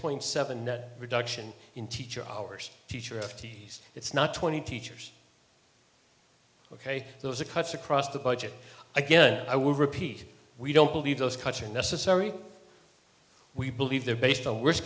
point seven net reduction in teacher hours teacher f t s it's not twenty teachers ok those are cuts across the budget again i will repeat we don't believe those cuts in necessary we believe they're based on worst